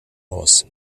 aus